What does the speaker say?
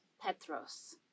Petros